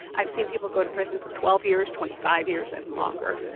i've seen people go to prison for twelve years, twenty five years and longer.